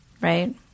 right